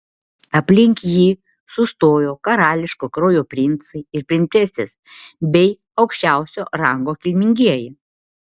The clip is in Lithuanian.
aplink jį sustojo karališko kraujo princai ir princesės bei aukščiausio rango kilmingieji